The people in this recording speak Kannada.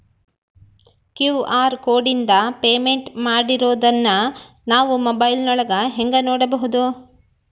ಕ್ಯೂ.ಆರ್ ಕೋಡಿಂದ ಪೇಮೆಂಟ್ ಮಾಡಿರೋದನ್ನ ನಾವು ಮೊಬೈಲಿನೊಳಗ ಹೆಂಗ ನೋಡಬಹುದು?